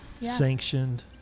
Sanctioned